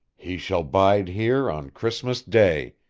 he shall bide here on christmas day,